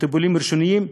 כטיפולים ראשוניים,